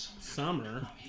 summer